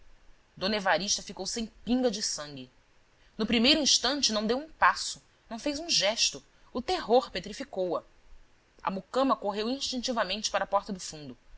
d evarista ficou sem pinga de sangue no primeiro instante não deu um passo não fez um gesto o terror petrificou a a mucama correu instintivamente para a porta do fundo